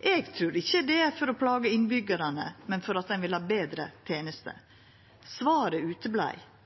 Eg trur ikkje det er for å plaga innbyggjarane, men for at ein vil ha betre tenester. Svaret